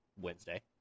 Wednesday